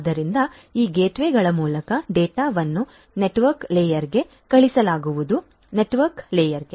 ಆದ್ದರಿಂದ ಈ ಗೇಟ್ವೇಗಳ ಮೂಲಕ ಡೇಟಾವನ್ನು ನೆಟ್ವರ್ಕ್ ಲೇಯರ್ಗೆ ಕಳುಹಿಸಲಾಗುವುದು ನೆಟ್ವರ್ಕ್ ಲೇಯರ್